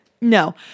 No